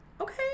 okay